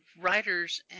writers